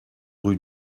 rue